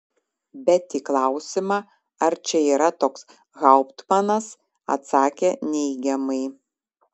bet į klausimą ar čia yra toks hauptmanas atsakė neigiamai